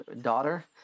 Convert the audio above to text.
daughter